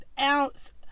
ounce